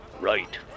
Right